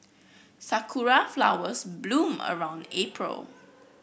sakura flowers bloom around April